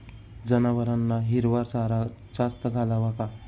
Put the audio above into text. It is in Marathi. जनावरांना हिरवा चारा जास्त घालावा का?